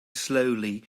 slowly